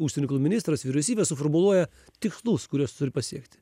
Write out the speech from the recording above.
užsienio ministras vyriausybė suformuluoja tikslus kuriuos turi pasiekti